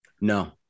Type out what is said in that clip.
No